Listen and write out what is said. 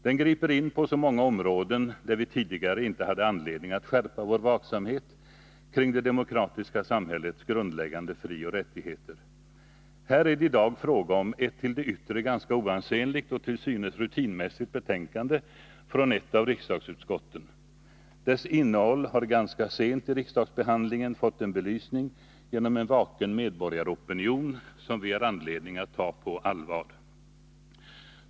Den griper in på så många områden där vi tidigare inte hade anledning att skärpa vår vaksamhet kring det demokratiska samhällets grundläggande frioch rättigheter. Här är det i dag fråga om ett till det yttre ganska oansenligt och till synes rutinmässigt betänkande från ett av riksdagsutskotten. Dess innehåll har ganska sent i riksdagsbehandlingen fått en belysning genom en vaken medborgaropinion, som vi har anledning att ta på allvar.